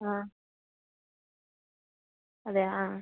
ആ അതെ ആ